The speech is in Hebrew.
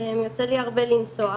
יוצא לי הרבה לנסוע.